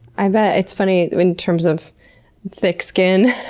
i bet it's funny in terms of thick skin.